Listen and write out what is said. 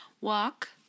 walk